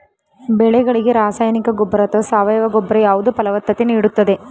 ಬೆಳೆಗಳಿಗೆ ರಾಸಾಯನಿಕ ಗೊಬ್ಬರ ಅಥವಾ ಸಾವಯವ ಗೊಬ್ಬರ ಯಾವುದು ಫಲವತ್ತತೆ ನೀಡುತ್ತದೆ?